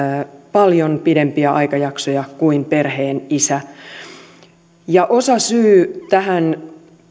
paljon pidempiä aikajaksoja kuin perheen isä osasyy tähän